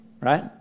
right